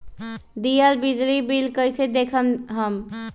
दियल बिजली बिल कइसे देखम हम?